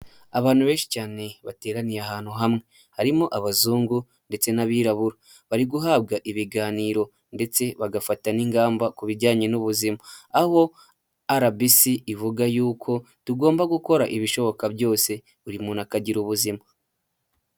Abantu benshi cyane bateraniye ahantu hamwe harimo abazungu ndetse n'abirabura, bari guhabwa ibiganiro ndetse bagafata n'ingamba ku bijyanye n'ubuzima, aho RBC ivuga y'uko tugomba gukora ibishoboka byose buri muntu akagira ubuzima.